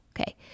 Okay